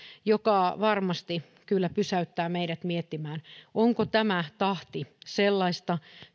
mikä varmasti kyllä pysäyttää meidät miettimään onko tämä tahti sellaista